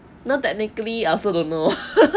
no technically I also don't know